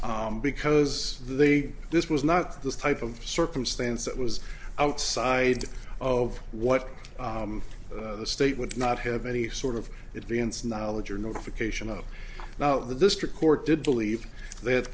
if because they this was not the type of circumstance that was outside of what the state would not have any sort of advanced knowledge or notification of now the district court did believe that